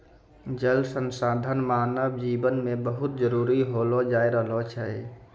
जल संसाधन मानव जिवन मे बहुत जरुरी होलो जाय रहलो छै